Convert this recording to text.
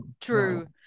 true